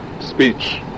speech